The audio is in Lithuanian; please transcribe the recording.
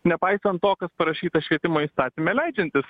nepaisant to kas parašyta švietimo įstatyme leidžiantis